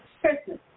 Christmas